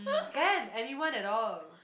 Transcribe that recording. can anyone at all